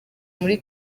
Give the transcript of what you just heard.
muri